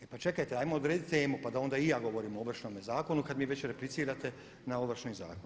E pa čekajte, hajmo odredit temu, pa da onda i ja govorim o Ovršnome zakonu kad mi već replicirate na Ovršni zakon.